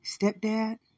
stepdad